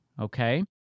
okay